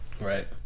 Right